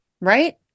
right